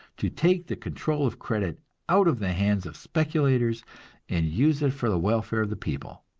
to take the control of credit out of the hands of speculators and use it for the welfare of the people.